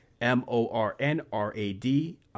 M-O-R-N-R-A-D